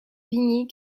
vignes